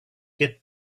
get